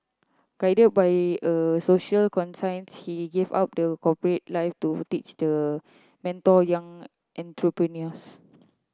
guided by a social conscience he gave up the corporate life to teach the mentor young entrepreneurs